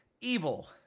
Evil